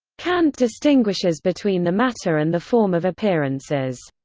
kant distinguishes between the matter and the form of appearances.